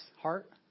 heart